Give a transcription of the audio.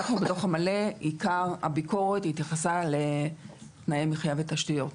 בדוח המלא עיקר הביקורת התייחסה לתנאי מחייה ותשתיות.